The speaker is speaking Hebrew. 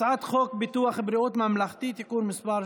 הצעת חוק ביטוח בריאות ממלכתי (תיקון מס'